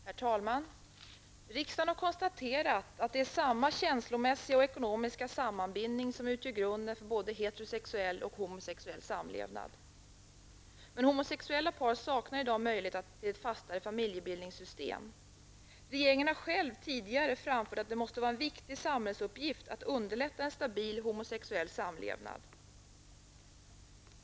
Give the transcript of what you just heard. Herr talman! Riksdagen har konstaterat att det är samma känslomässiga och ekonomiska sammanbindning som utgör grunden för både heterosexuell och homosexuell samlevnad. Men homosexuella par saknar i dag möjlighet till ett fastare familjebildningssystem. Regeringen har själv tidigare framfört att det måste vara en viktigt samhällsuppgift att underlätta en stabil homosexuell samlevnad.